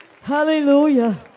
hallelujah